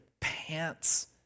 pants